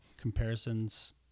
Comparisons